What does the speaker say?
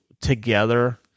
together